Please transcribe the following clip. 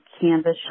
canvas